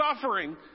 suffering